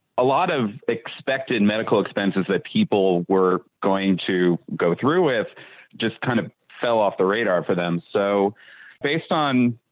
a lot of expected medical expenses that people were going to go through with just kind of fell off the radar for them. so based on.